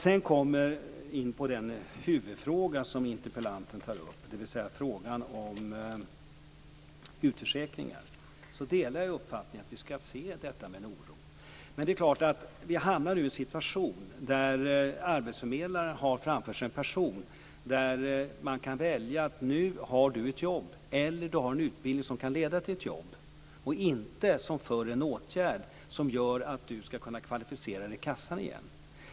Sedan kommer vi in på den huvudfråga som interpellanten tar upp, frågan om utförsäkringar. Jag delar uppfattningen att vi skall se på detta med oro. Vi hamnar nu i en situation där arbetsförmedlaren har framför sig en person och kan säga: Nu har du ett jobb, eller en utbildning som kan leda till ett jobb, och inte som förr en åtgärd för att du skall kunna kvalificera dig till kassan igen.